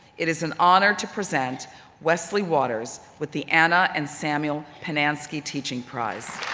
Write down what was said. it is an honor to present wesley waters with the anna and samuel pinanski teaching prize.